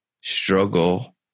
struggle